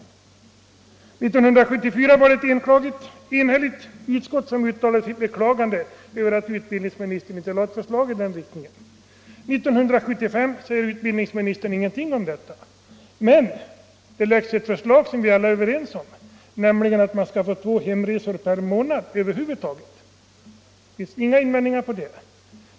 1974 uttalade ett enhälligt utskott sitt beklagande över att utbildningsministern inte lade fram ett förslag i den riktningen. 1975 säger utbildningsministern ingenting om detta. Men det läggs fram ett förslag som vi alla är överens om, nämligen att de studerande skall få två hemresor per månad. Det finns ingen invändning mot det.